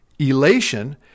elation